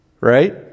right